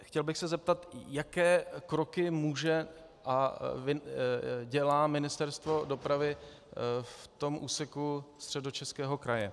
Chtěl bych se zeptat, jaké kroky může a dělá Ministerstvo dopravy v tom úseku Středočeského kraje.